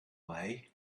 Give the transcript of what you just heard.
way